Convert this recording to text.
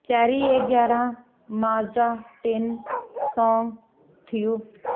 cherry A ਗਿਆਰਾਂ Mazda ਤਿੰਨ ਸੋਂਗ ਥਿਓ